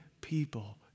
people